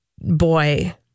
boy